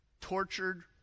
tortured